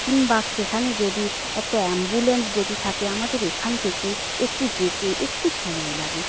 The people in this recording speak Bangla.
কিংবা সেখানে যদি একটা অ্যাম্বুলেন্স যদি থাকে আমাদের এখান থেকে একটু যেতে একটু সময় লাগে